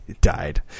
died